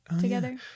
together